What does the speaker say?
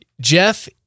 Jeff